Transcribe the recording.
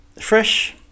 fresh